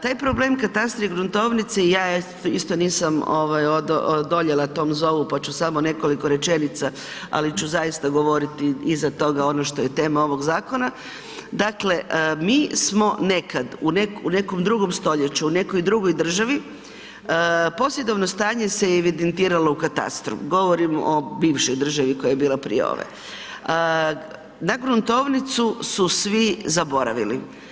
Taj problem katastra i gruntovnice, ja isto nisam odoljela tom zovu pa ću samo nekoliko rečenica ali ću zaista govoriti iza toga ono što je tema ovog zakona, dakle mi smo nekad u nekom drugom stoljeću, u nekoj drugoj državi, posjedovno stanje se je evidentiralo u katastru, govorim o bivšoj državi koja je bila prije ove, na gruntovnicu su svi zaboravili.